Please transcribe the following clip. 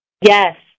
Yes